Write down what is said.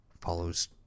follows